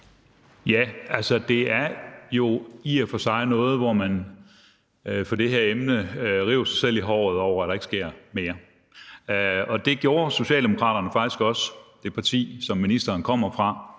Ja, det her er jo i og for sig et område, hvor man river sig selv i håret over, at der ikke sker mere. Det gjorde Socialdemokraterne faktisk også – det parti, som ministeren kommer fra